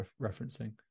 referencing